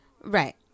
Right